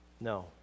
no